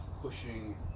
pushing